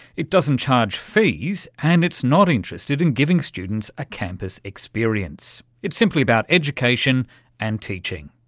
it doesn't charge fees and it's not interested in giving students a campus experience, it's simply about education and teaching.